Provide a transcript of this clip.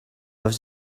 was